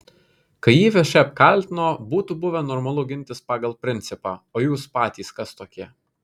kai jį viešai apkaltino būtų buvę normalu gintis pagal principą o jūs patys kas tokie